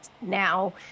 now